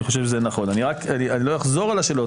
אני לא אחזור על השאלות,